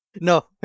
No